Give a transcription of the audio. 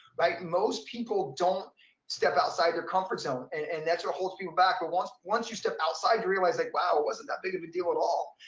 like most people don't step outside their comfort zone and that's what holds people back. but once once you step outside you realize like wow wasn't that big of a deal at all.